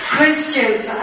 Christians